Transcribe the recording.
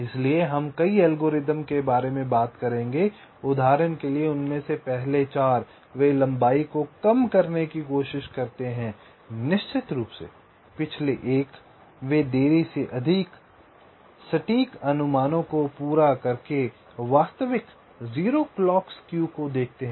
इसलिए हम कई एल्गोरिदम के बारे में बात करेंगे उदाहरण के लिए उनमें से पहले 4 वे लंबाई को कम करने की कोशिश करते हैं निश्चित रूप से पिछले एक वे देरी के अधिक सटीक अनुमानों को पूरा करके वास्तविक 0 क्लॉक स्क्यू को देखते हैं